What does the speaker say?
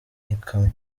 ikamyo